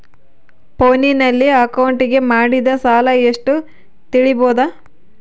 ಫೋನಿನಲ್ಲಿ ಅಕೌಂಟಿಗೆ ಮಾಡಿದ ಸಾಲ ಎಷ್ಟು ತಿಳೇಬೋದ?